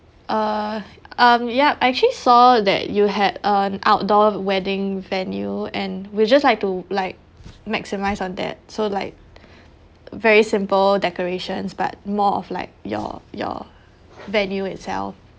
uh um yup I actually saw that you had um outdoor wedding venue and we just like to like maximise on that so like very simple decorations but more of like your your venue itself